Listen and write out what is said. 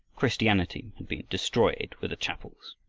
christianity had been destroyed with the chapels,